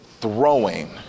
throwing